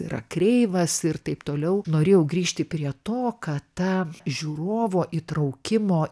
yra kreivas ir taip toliau norėjau grįžti prie to kad ta žiūrovo įtraukimo